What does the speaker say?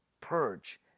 Purge